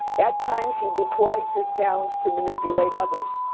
at times, he deploys his talents to manipulate others.